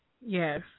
Yes